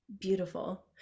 beautiful